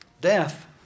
Death